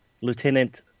Lieutenant